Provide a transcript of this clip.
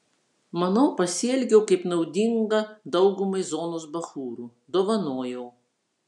manau pasielgiau kaip naudinga daugumai zonos bachūrų dovanojau